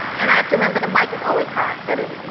and i have to remember, the mike is always hot, that is